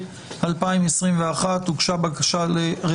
זה ההסדר של החוק.